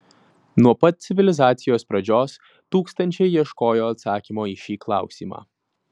nuo pat civilizacijos pradžios tūkstančiai ieškojo atsakymo į šį klausimą